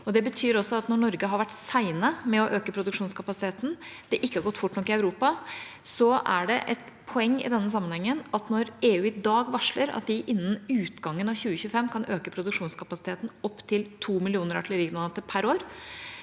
når Norge har vært sene med å øke produksjonskapasiteten, og det ikke har gått fort nok i Europa, er det et poeng i denne sammenhengen at når EU i dag varsler at de innen utgangen av 2025 kan øke produksjonskapasiteten opp til to millioner artillerigranater per år,